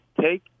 take